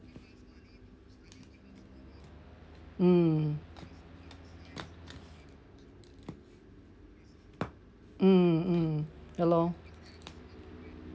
mm mm mm ya lor